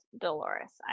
Dolores